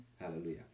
Hallelujah